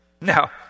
Now